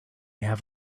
have